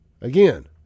Again